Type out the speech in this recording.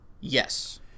Yes